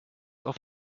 auf